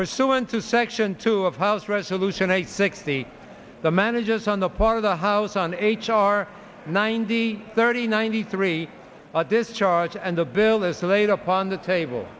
pursuant to section two of house resolution eight sixty the managers on the part of the house on h r ninety thirty ninety three at this charge and the bill is laid upon the table